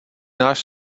náš